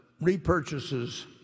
repurchases